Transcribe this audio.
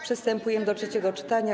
Przystępujemy do trzeciego czytania.